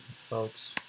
folks